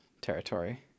territory